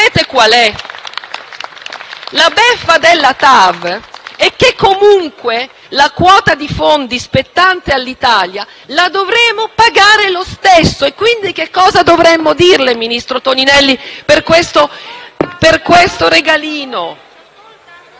La beffa della TAV è che comunque la quota di fondi spettante all'Italia la dovremo pagare lo stesso. E quindi cosa dovremmo dirle, ministro Toninelli, per questo regalino